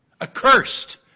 accursed